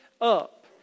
up